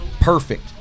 Perfect